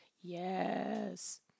yes